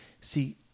See